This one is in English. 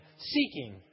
seeking